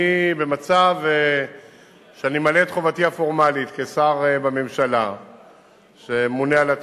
אני במצב שאני ממלא את חובתי הפורמלית כשר בממשלה שממונה על התחום.